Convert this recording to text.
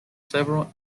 several